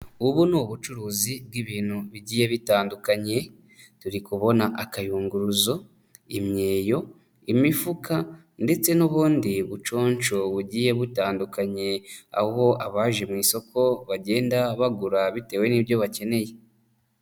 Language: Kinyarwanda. Ubu ni ubucuruzi bw'ibintu bigiye bitandukanye, turi kubona akayunguruzo, imyeyo, imifuka ndetse n'ubundi buconsho bugiye butandukanye. Aho abaje mu isoko bagenda bagura bitewe n'ibyo bakeneye.